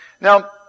Now